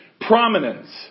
prominence